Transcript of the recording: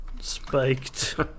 spiked